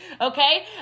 Okay